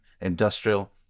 industrial